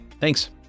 Thanks